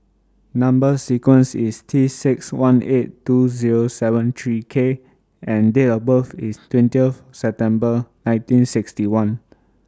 Number sequence IS T six one eight two Zero seven three K and Date of birth IS twentieth September nineteen sixty one